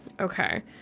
Okay